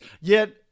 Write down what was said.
Yet-